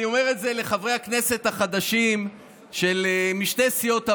אני אומר את זה לחברי הכנסת החדשים משתי סיעות הבית,